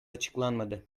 açıklanmadı